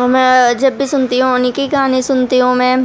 اور میں جب بھی سُنتی ہوں اُنہی کے گانے سُنتی ہوں میں